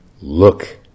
look